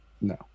No